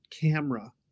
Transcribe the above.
camera